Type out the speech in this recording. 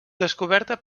descoberta